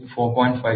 3 4